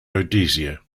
rhodesia